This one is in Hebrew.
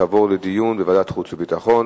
תעבור לדיון בוועדת החוץ והביטחון.